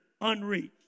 unreached